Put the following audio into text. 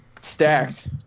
stacked